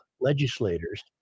Legislators